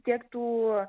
tiek tų